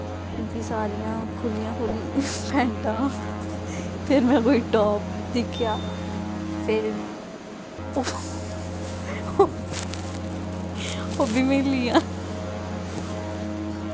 मतलब कि सारियां खुल्लियां खुल्लियां पैंटां फिर में कोई टॉप दिक्खेआ फिर ओह् ओह् बी मिलिया